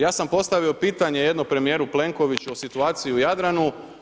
Ja sam postavio pitanje jedno premijeru Plenkoviću o situaciji u Jadranu.